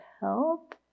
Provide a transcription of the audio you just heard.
help